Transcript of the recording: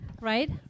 right